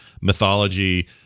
mythology